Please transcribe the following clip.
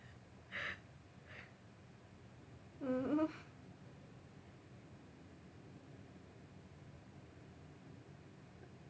mmhmm